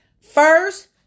First